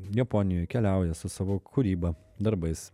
japonijoj keliauja su savo kūryba darbais